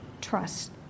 Trust